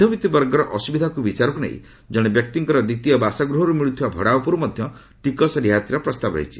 ମଧ୍ୟବିତ୍ତ ବର୍ଗର ଅସ୍ତ୍ରବିଧାକୁ ବିଚାରକୁ ନେଇ ଜଣେ ବ୍ୟକ୍ତିଙ୍କର ଦ୍ୱିତୀୟ ବାସଗୃହର୍ ମିଳ୍ଚଥିବା ଭଡ଼ା ଉପରୁ ମଧ୍ୟ ଟିକସ ରିହାତିର ପ୍ରସ୍ତାବ ରହିଛି